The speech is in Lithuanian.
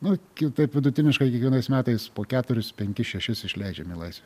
nu kitaip vidutiniškai kiekvienais metais po keturis penkis šešis išleidžiam į laisvę